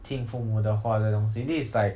听父母的话这些东西 this is like